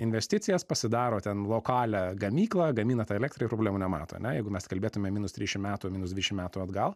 investicijas pasidaro ten lokalią gamyklą gamina tą elektrą ir problemų nemato ane jeigu mes kalbėtume minus trišim metų minus dvišim metų atgal